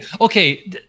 Okay